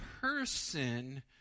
person